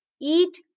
Eat